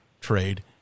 trade